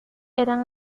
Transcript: eran